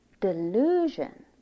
delusion